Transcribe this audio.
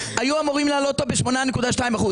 ב-8.2%.